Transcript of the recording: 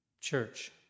church